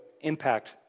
impact